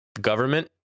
Government